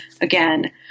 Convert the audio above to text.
again